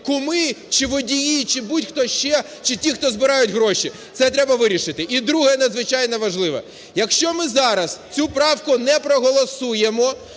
куми чи водії, чи будь-хто ще, чи ті, хто збирають гроші. Це треба вирішити. І друге надзвичайно важливе. Якщо ми зараз цю правку не проголосуємо,